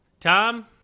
Tom